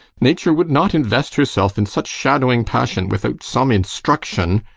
nature would not invest herself in such shadowing passion without some instruction.